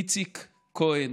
איציק כהן,